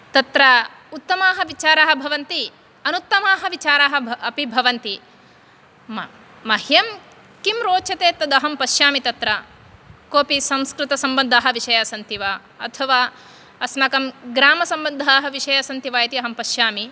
तत्र उत्तमाः विचाराः भवन्ति अनुत्तमाः विचाराः अपि भवन्ति मह्यं किं रोचते तदहं पश्यामि तत्र कोऽपि संस्कृतसम्बन्धाः विषयाः सन्ति वा अथवा अस्माकं ग्रामसम्बन्धाः विषयः सन्ति वा इति अहं पश्यामि